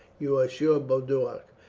you are sure, boduoc,